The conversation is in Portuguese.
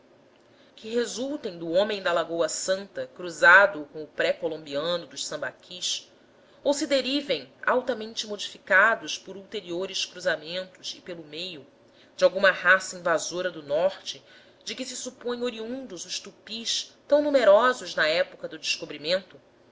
quer resultem do homem da lagoa santa cruzado com o pré colombiano dos sambaquis ou se derivem altamente modificados por ulteriores cruzamentos e pelo meio de alguma raça invasora do norte de que se supõem oriundos dos tupis tão numerosos na época do descobrimento